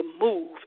move